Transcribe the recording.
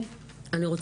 אני רק